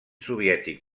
soviètic